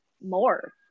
more